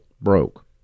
broke